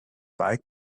bike